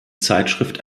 zeitschrift